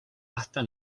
hasta